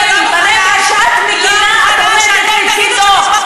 לא שוכחת, ברגע שאת מגינה, את עומדת לצדו.